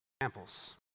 examples